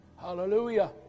hallelujah